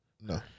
No